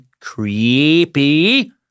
Creepy